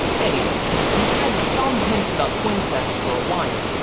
anyway, we had some hints about twincest for a while,